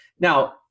Now